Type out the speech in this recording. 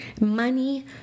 money